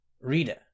Reader